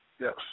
Yes